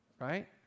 Right